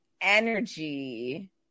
energy